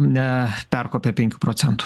ne perkopė penkių procentų